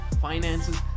finances